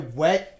wet